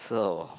so